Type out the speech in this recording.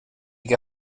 què